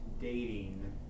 dating